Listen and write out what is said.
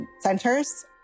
centers